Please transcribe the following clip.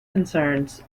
concerns